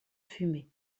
fumée